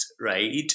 right